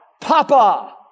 Papa